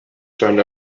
turned